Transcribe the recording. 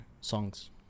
songs